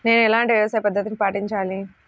నేను ఎలాంటి వ్యవసాయ పద్ధతిని పాటించాలి?